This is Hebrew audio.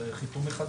זה חיתום מחדש.